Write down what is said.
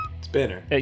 Spinner